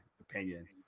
opinion